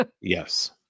Yes